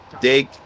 Dig